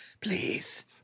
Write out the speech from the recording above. please